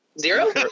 Zero